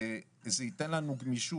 זה ייתן לנו גמישות.